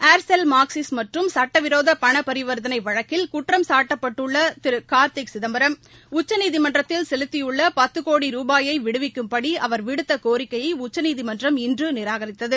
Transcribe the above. Aircel Maxis மற்றும் சட்டவிரோதபணபரிவர்த்தனைவழக்கில் குற்றம்சாட்டப்பட்டுள்ளதிருகார்த்திசிதம்பரம் உச்சநீதிமன்றத்தில் செலுத்தியுள்ளபத்துகோடி ரூபாயைவிடுவிக்கும்படிஅவர் விடுத்தகோரிக்கையைஉச்சநீதிமன்றம் இன்றுநிராகரித்தது